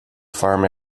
farm